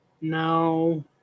no